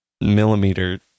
millimeter